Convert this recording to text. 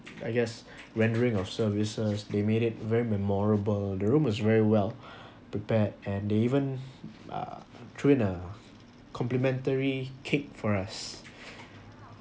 I guess rendering of services they made it very memorable the room is very well prepared and they even uh throw in a complimentary cake for us